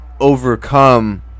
overcome